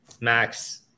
Max –